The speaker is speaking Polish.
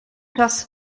czas